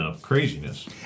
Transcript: Craziness